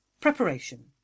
Preparation